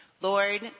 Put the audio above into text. Lord